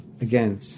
again